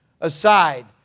aside